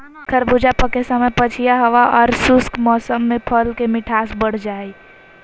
खरबूजा पके समय पछिया हवा आर शुष्क मौसम में फल के मिठास बढ़ जा हई